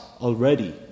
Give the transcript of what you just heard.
already